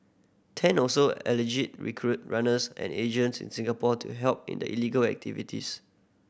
Tan also allegedly recruited runners and agents in Singapore to help in the illegal activities